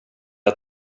att